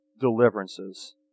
deliverances